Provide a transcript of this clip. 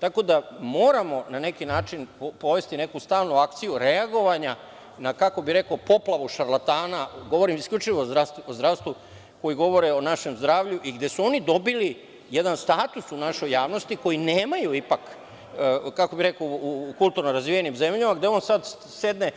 Tako da moramo na neki način povesti neku stalnu akciju, reagovanja na kako bih rekao, poplavu šarlatana, govorim isključivo o zdravstvu koji govore o našem zdravlju i gde su oni dobili jedan status u našoj javnosti koji nemaju, kako bih rekao, u kulturno razvijenim zemljama, gde on sada sedne